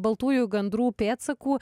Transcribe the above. baltųjų gandrų pėdsakų